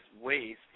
waste